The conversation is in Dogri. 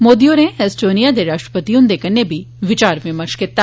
मोदी होरें एसटोनिया दे राष्ट्रपति हुन्दे कन्नै बी विचार विमर्श कीता